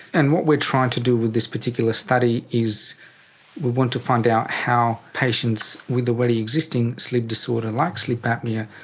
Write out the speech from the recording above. and what we're trying to do with this particular study is we want to find out how patients with already existing sleep disorder like sleep apnoea,